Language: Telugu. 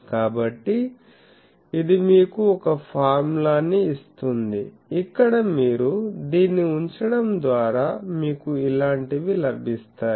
కాబట్టి ఇది మీకు ఒక ఫార్ములాని ఇస్తుంది ఇక్కడ మీరు దీన్ని ఉంచడం ద్వారా మీకు ఇలాంటివి లభిస్తాయి